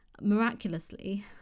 miraculously